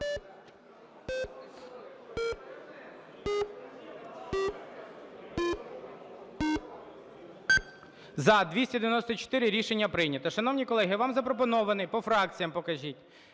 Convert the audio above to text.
За-294 Рішення прийнято. Шановні колеги, вам запропонований… По фракціям покажіть.